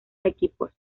equipos